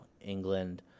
England